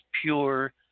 pure